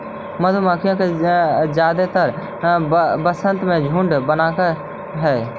मधुमक्खियन जादेतर वसंत में झुंड बनाब हई